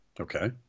Okay